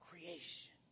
Creation